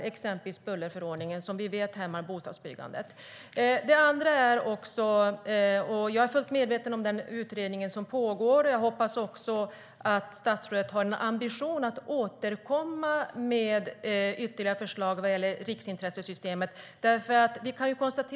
Det gäller exempelvis bullerförordningen, som vi vet hämmar bostadsbyggandet. Jag är fullt medveten om att det pågår en utredning och hoppas att statsrådet har ambitionen att återkomma med ytterligare förslag vad gäller riksintressesystemet.